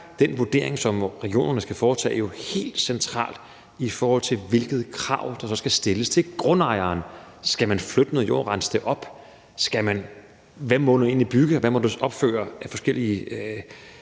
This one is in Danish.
den vurdering, som regionerne skal foretage, jo helt central, i forhold til hvilket krav der så skal stilles til grundejeren. Skal man flytte noget jord, rense det op? Hvad må du egentlig bygge, og hvad må du opføre af forskellige